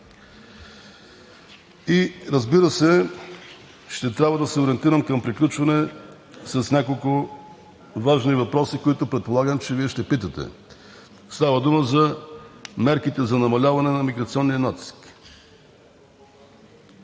Разбира се, ще трябва да се ориентирам към приключване с няколко важни въпроси, които предполагам, че Вие ще питате – става дума за мерките за намаляване на миграционния натиск.